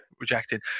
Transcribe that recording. rejected